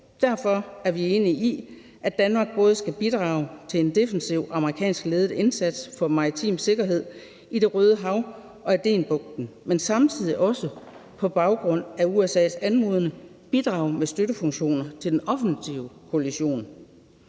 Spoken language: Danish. Derfor er vi enige i, at Danmark både skal bidrage til en defensiv amerikanskledet indsats for maritim sikkerhed i Det Røde Hav og Adenbugten og samtidig også på baggrund af USA's anmodning bidrage med støttefunktioner til den offensive koalition.